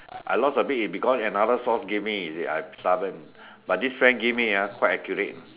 I lost a bit it because another source give me is it I stubborn but this friend give me ah quite accurate